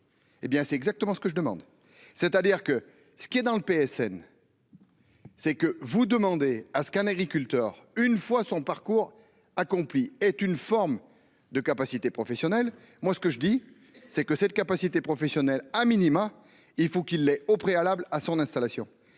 Eh bien c'est exactement ce que je demande, c'est-à-dire que ce qui est dans le PSN.-- C'est que vous demandez à ce qu'un agriculteur. Une fois son parcours accompli est une forme de capacité professionnelle. Moi ce que je dis, c'est que cette capacité professionnelle a minima. Il faut qu'il ait au préalable à son installation